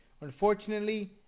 Unfortunately